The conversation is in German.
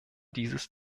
dieses